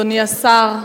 אני מודה לך, אדוני השר,